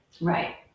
Right